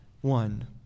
one